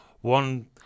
one